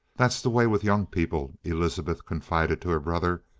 that's the way with young people, elizabeth confided to her brother.